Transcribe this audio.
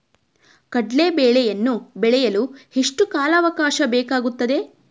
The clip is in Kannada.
ಕಡ್ಲೆ ಬೇಳೆಯನ್ನು ಬೆಳೆಯಲು ಎಷ್ಟು ಕಾಲಾವಾಕಾಶ ಬೇಕಾಗುತ್ತದೆ?